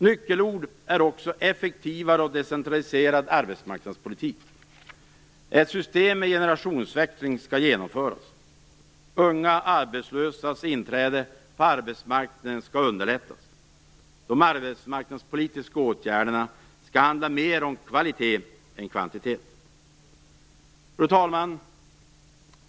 Nyckelord är också effektivare och decentraliserad arbetsmarknadspolitik. Ett system med generationsväxling skall genomföras. Unga arbetslösas inträde på arbetsmarknaden skall underlättas. De arbetsmarknadspolitiska åtgärderna skall handla mer om kvalitet än kvantitet. Fru talman!